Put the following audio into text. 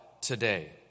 today